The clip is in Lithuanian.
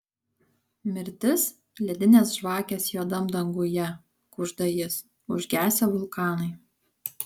mirtis ledinės žvakės juodam danguje kužda jis užgesę vulkanai